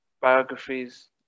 Biographies